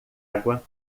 água